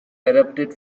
adapted